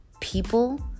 people